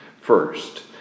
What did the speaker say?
first